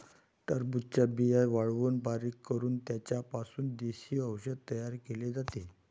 टरबूजाच्या बिया वाळवून बारीक करून त्यांचा पासून देशी औषध तयार केले जाते